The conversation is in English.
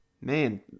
man